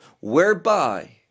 whereby